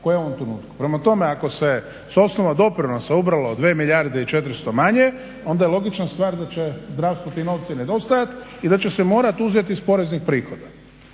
koje u ovom trenutku. Prema tome, ako se s osnova doprinosa ubralo 2 milijarde i 400 manje onda je logična stvar da će zdravstvu ti novci nedostajati i da će se morat uzeti iz poreznih prihoda.